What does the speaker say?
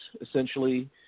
essentially